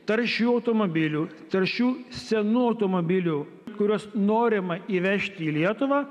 taršių automobilių taršių senų automobilių kuriuos norima įvežti į lietuvą